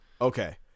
Okay